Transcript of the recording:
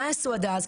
מה יעשו עד אז?